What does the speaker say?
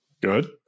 Good